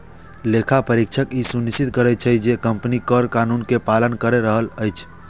लेखा परीक्षक ई सुनिश्चित करै छै, जे कंपनी कर कानून के पालन करि रहल छै